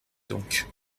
donc